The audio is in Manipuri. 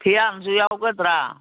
ꯐꯤꯌꯥꯟꯁꯨ ꯌꯥꯎꯒꯗ꯭ꯔꯥ